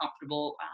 comfortable